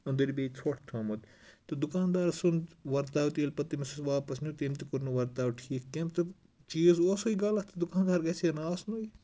أندٕرۍ بیٚیہِ ژۄٹھ تھوٚمُت تہٕ دُکاندار سُنٛد ورتاو تہِ ییٚلہِ پَتہٕ تٔمِس واپَس نیوٗ تٔمۍ تہِ کوٚر نہٕ ورتاو ٹھیٖک کیںٛہہ تہٕ چیٖز اوسُے غلط دُکاندار گژھِ ہَا نہٕ آسنُے